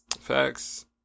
Facts